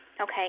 Okay